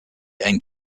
and